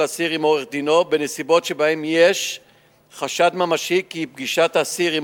אסיר עם עורך-דינו בנסיבות שבהן יש חשד ממשי כי פגישת אסיר עם